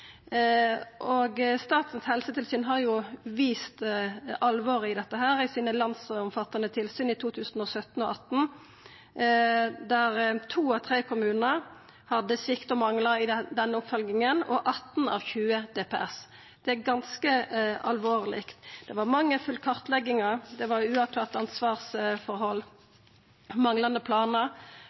Statens helsetilsyn har vist alvoret i dette i landsomfattande tilsyn i 2017 og 2018, der to av tre kommunar og atten av tjue distriktspsykiatriske poliklinikkar hadde svikt og manglar i denne oppfølginga. Det er ganske alvorleg. Det var mangelfulle kartleggingar, det var uavklarte ansvarsforhold, manglande planar